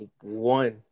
one